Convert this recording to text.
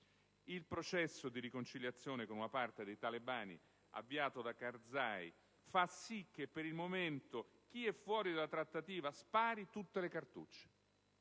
Il processo di riconciliazione con una parte dei talebani avviato da Karzai fa sì che chi per il momento è fuori dalla trattativa «spari tutte le cartucce»